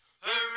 hurry